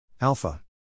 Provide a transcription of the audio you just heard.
Alpha